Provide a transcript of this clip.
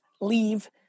leave